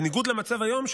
בניגוד למצב היום,